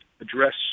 address